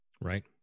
Right